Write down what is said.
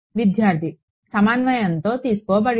విద్యార్థి సమన్వయంతో తీసుకోబడింది